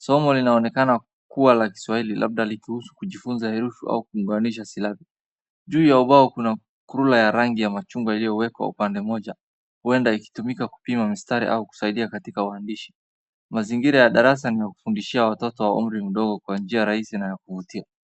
Somo linaonekana kuwa la Kiswahili, labda likihusu kujifunza herufi au kuunganisha silabi. Juu ya ubao kuna rula ya rangi ya machungwa iliyowekwa upande moja, huenda ikitumika kupima mistari au kusaidia katika uandishi. Mazingira ya darasa ni ya kufundishia watoto wa umri mdogo kwa njia rahisi na ya kuvutia.